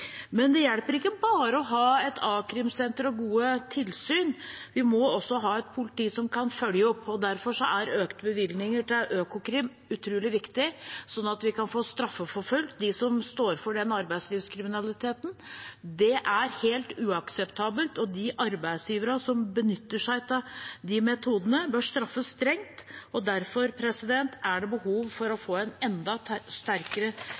Det hjelper ikke bare å ha et a-krimsenter og gode tilsyn. Vi må også ha et politi som kan følge opp. Derfor er økte bevilgninger til Økokrim utrolig viktig, slik at vi kan få straffeforfulgt dem som står for arbeidslivskriminaliteten. Det er helt uakseptabelt. Arbeidsgivere som benytter seg av de metodene, bør straffes strengt. Derfor er det behov for å få en enda sterkere